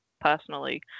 personally